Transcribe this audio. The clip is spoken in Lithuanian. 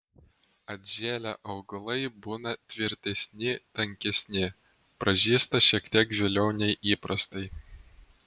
atžėlę augalai būna tvirtesni tankesni pražysta šiek tiek vėliau nei įprastai